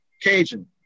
Cajun